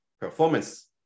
performance